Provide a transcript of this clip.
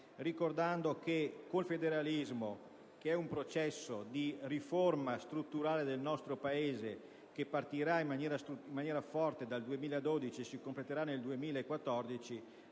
ricordando che con il federalismo, che è un processo di riforma strutturale del nostro Paese che partirà in maniera forte dal 2012 e si completerà nel 2014,